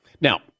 Now